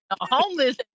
homeless